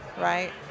right